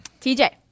TJ